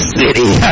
city